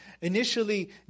initially